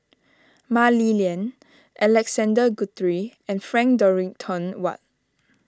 Mah Li Lian Alexander Guthrie and Frank Dorrington Ward